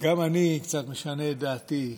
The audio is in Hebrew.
גם אני קצת משנה את דעתי.